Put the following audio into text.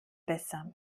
besser